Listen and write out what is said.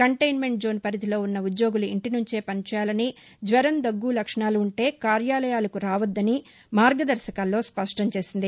containment zone పరిధిలో ఉన్న ఉద్యోగులు ఇంటి నుంచే పనిచేయాలని జ్వరం దగ్గ లక్షణాలు ఉంటే కార్యాలయాలకు రావద్దని మార్గదర్శకాల్లో స్పష్టం చేసింది